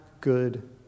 good